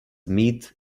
meat